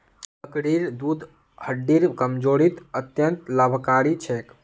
बकरीर दूध हड्डिर कमजोरीत अत्यंत लाभकारी छेक